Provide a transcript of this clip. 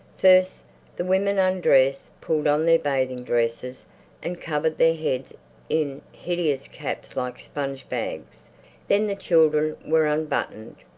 first the women undressed, pulled on their bathing dresses and covered their heads in hideous caps like sponge bags then the children were unbuttoned.